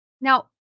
Now